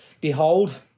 Behold